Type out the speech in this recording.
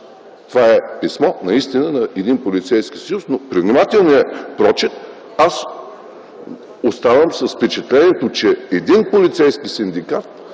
Това писмо наистина е на един Полицейски съюз, но при внимателния прочит оставам с впечатлението, че един полицейски синдикат,